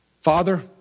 Father